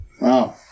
Wow